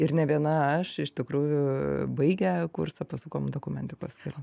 ir ne viena aš iš tikrųjų baigę kursą pasukom dokumentikos keliu